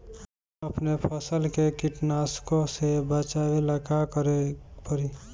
अपने फसल के कीटनाशको से बचावेला का करे परी?